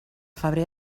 febrer